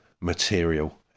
material